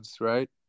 right